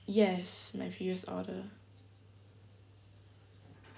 yes my previous order